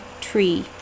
tree